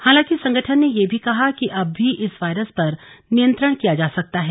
हालांकि संगठन ने यह भी कहा कि अब भी इस वायरस पर नियंत्रण किया जा सकता है